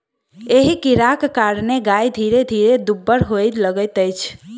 एहि कीड़ाक कारणेँ गाय धीरे धीरे दुब्बर होबय लगैत छै